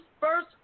first